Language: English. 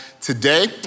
today